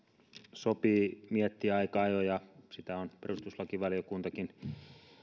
sopii miettiä aika ajoin ja sitä on perustuslakivaliokuntakin